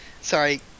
Sorry